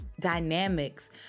dynamics